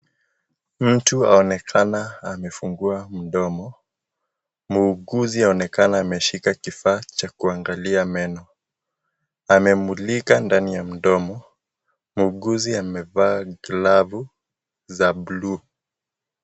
Mtu aonekana amefungua mdomo muuguzi aonekana ameshika kifaa cha kuangalia meno amemulika ndani ya mdomo muuguzi amevaa glavu za bluu.